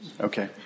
Okay